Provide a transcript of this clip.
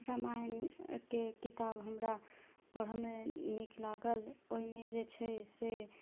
रामायणके किताब हमरा पढ़ऽमे नीक लागल ओहिमे जे छै से